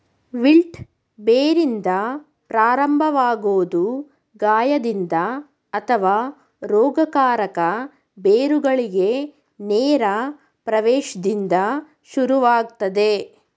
wilt ಬೇರಿಂದ ಪ್ರಾರಂಭವಾಗೊದು ಗಾಯದಿಂದ ಅಥವಾ ರೋಗಕಾರಕ ಬೇರುಗಳಿಗೆ ನೇರ ಪ್ರವೇಶ್ದಿಂದ ಶುರುವಾಗ್ತದೆ